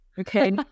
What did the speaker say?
Okay